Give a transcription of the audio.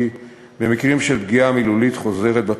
במקרים של פגיעה מילולית חוזרת בתלמידים.